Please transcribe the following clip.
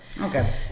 Okay